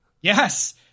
Yes